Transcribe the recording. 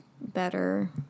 better